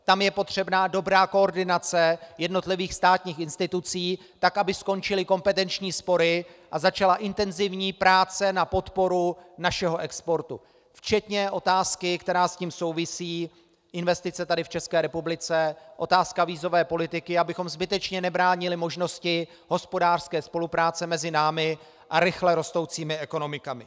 Tam je potřebná dobrá koordinace jednotlivých státních institucí, tak aby skončily kompetenční spory a začala intenzivní práce na podpoře našeho exportu, včetně otázky, která s tím souvisí, investic tady v České republice, otázky vízové politiky, abychom zbytečně nebránili možnosti hospodářské spolupráce mezi námi a rychle rostoucími ekonomikami.